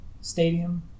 stadium